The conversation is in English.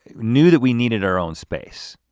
knew that we needed our own space.